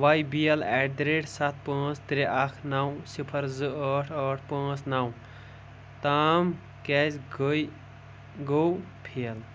Y B L at the rate ستھ پانژ ترٛےٚ اکھ نو صفر زٕ ٲٹھ ٲٹھ پانژ نو تام کیٛازِ گٔے گوٚو فیل ؟